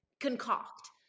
concoct